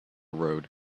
road